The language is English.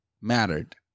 mattered